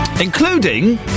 Including